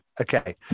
Okay